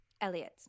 Elliot